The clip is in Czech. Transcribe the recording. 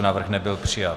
Návrh nebyl přijat.